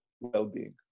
well-being